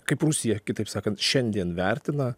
kaip rusija kitaip sakant šiandien vertina